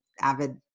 avid